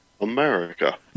America